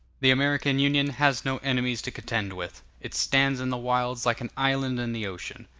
the american union has no enemies to contend with it stands in the wilds like an island in the ocean.